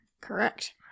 Correct